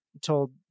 told